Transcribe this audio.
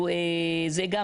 זה גם,